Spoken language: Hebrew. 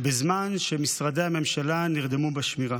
בזמן שמשרדי הממשלה נרדמו בשמירה.